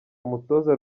umutoza